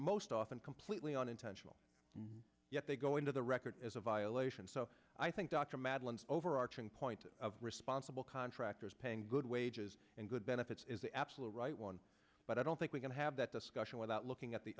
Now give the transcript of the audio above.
most often completely unintentional and yet they go into the record as a violation so i think dr madelyne overarching point of responsible contractors paying good wages and good benefits is the absolute right one but i don't think we can have that discussion without looking at the